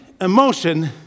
emotion